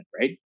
Right